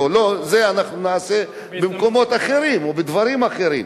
את זה אנחנו נעשה במקומות אחרים או בדברים אחרים,